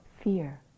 fear